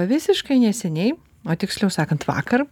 visiškai neseniai o tiksliau sakant vakar